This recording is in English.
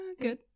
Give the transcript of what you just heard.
good